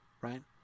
right